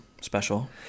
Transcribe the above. special